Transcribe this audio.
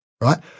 right